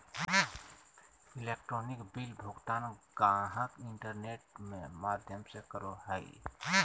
electronic bill भुगतान गाहक internet में माध्यम से करो हइ